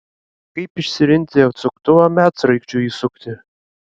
kaip išsirinkti atsuktuvą medsraigčiui įsukti